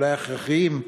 אולי ההכרחיים,